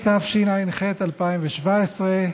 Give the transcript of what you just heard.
התשע"ח 2017,